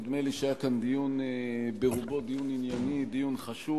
נדמה לי שהיה כאן דיון ענייני, ברובו, דיון חשוב.